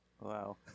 Wow